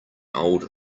old